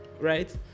right